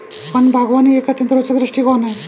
one बागवानी एक अत्यंत रोचक दृष्टिकोण है